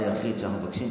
הדבר היחיד שאנחנו מבקשים,